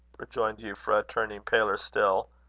rejoined euphra, turning paler still.